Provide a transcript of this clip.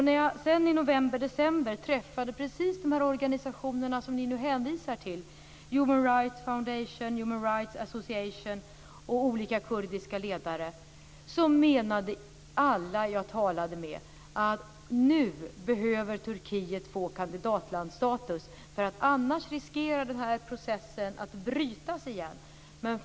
När jag sedan i november-december träffade företrädare för just de organisationer som ni nu hänvisar till - det gäller Human Rights Foundation, Human Rights Association och olika kurdiska ledare - menade alla som jag talade med att Turkiet nu behöver få kandidatlandsstatus, eftersom den här processen annars riskerar att avstanna igen.